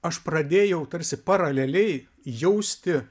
aš pradėjau tarsi paraleliai jausti